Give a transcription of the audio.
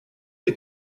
des